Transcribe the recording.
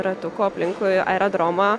ratukų aplinkui aerodromą